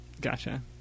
Gotcha